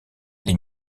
les